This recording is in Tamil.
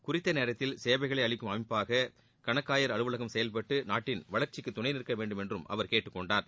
குறித்த நேரத்தில் சேவைகளை அளிக்கும் அமைப்பாக கணக்காயர் அலுவலகம் செயல்பட்டு நாட்டின் வளர்ச்சிக்கு துணை நிற்கவேண்டும் என்றும் அவர் கேட்டுக்கொண்டார்